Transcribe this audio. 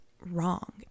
wrong